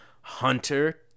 Hunter